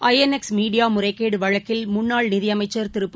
INX மீடியாமுறைகேடுவழக்கில் முன்னாள் நிதியமைச்சர் திரு ப